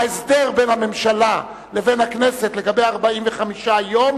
ההסדר בין הממשלה לבין הכנסת לגבי 45 יום